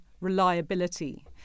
reliability